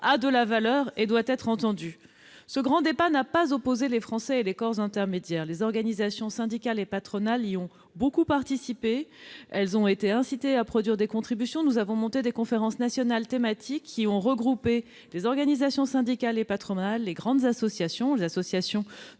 a de la valeur et doit être entendue. Ce grand débat n'a pas opposé les Français et les corps intermédiaires : les organisations syndicales et patronales y ont beaucoup participé ; elles ont été incitées à produire des contributions. Nous avons monté des conférences nationales thématiques regroupant les organisations syndicales et patronales, les grandes associations, les associations